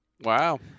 Wow